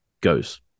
goes